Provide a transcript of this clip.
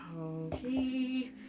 Okay